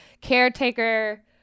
caretaker